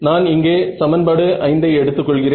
நான் இங்கே சமன்பாடு 5 ஐ எடுத்து கொள்கிறேன்